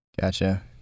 Gotcha